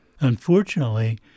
Unfortunately